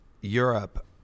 europe